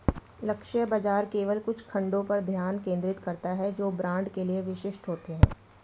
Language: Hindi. लक्ष्य बाजार केवल कुछ खंडों पर ध्यान केंद्रित करता है जो ब्रांड के लिए विशिष्ट होते हैं